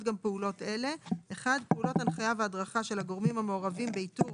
גם פעולות אלה: פעולות הנחיה והדרכה של הגורמים המעורבים באיתור